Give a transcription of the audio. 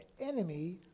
enemy